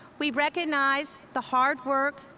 we recognize the hard work,